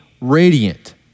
radiant